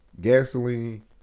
gasoline